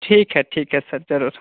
ठीक है ठीक है सर ज़रूर